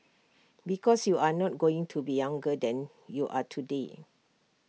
because you are not going to be younger than you are today